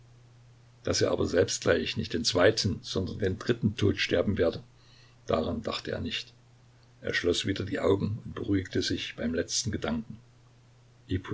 daß er aber selbst gleich nicht den zweiten sondern den dritten tod sterben werde daran dachte er nicht er schloß wieder die augen und beruhigte sich beim letzten gedanken